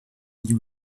you